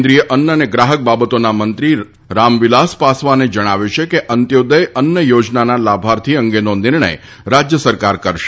કેન્દ્રીય અન્ન અને ગ્રાહક બાબતોના મંત્રી રામવિલાસ પાસવાને જણાવ્યું છે કે અંત્યોદય અન્ન યોજનાના લાભાર્થી અંગેનો નિર્ણય રાજ્ય સરકાર કરશે